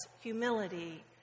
humility